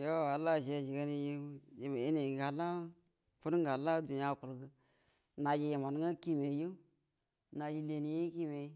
Yuo halla ace acie gani yanayi agə halla fudə ngə halla duniya akuəlgə naji yəmangə kiemieyyu naji leniengwə kiemiey,